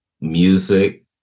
music